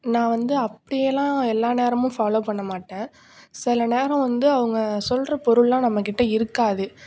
நான் வந்து அப்படியெல்லாம் எல்லா நேரமும் ஃபாலோ பண்ண மாட்டேன் சில நேரம் வந்து அவங்க சொல்கிற பொருளெலாம் நம்மக்கிட்ட இருக்காது